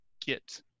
get